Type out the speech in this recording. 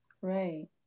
right